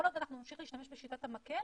כל עוד אנחנו נמשיך להשתמש בשיטת המקל,